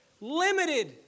Limited